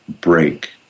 break